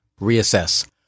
reassess